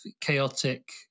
chaotic